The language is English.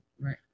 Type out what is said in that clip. Right